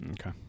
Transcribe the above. okay